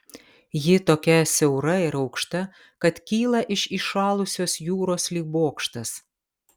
ji tokia siaura ir aukšta kad kyla iš įšalusios jūros lyg bokštas